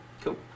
Cool